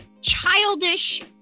childish